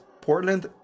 Portland